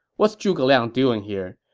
what's zhuge liang doing here?